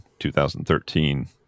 2013